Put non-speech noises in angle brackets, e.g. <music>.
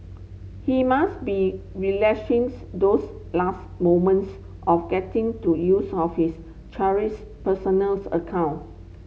he must be relishing <unintelligible> those last moments of getting to use of his cherished personal <unintelligible> account